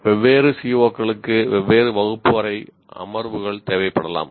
வெவ்வேறு CO களுக்கு வெவ்வேறு வகுப்பு அறை அமர்வுகள் தேவைப்படலாம்